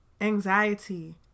anxiety